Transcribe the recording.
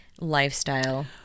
lifestyle